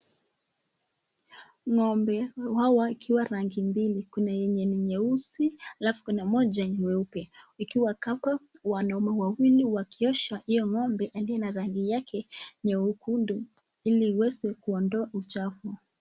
Ng'ombe hawa wakiwa rangi mbili kuna yenye ni nyeusi alafu kuna moja ni mweupe .Ikiwa hapa wanaume wawili wakiosha hio ng'ombe aliye na rangi yake nyekundu ili iweze kuondoa uchafu.